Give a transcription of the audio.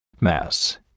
Mass